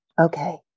okay